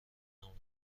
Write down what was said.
نماند